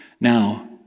Now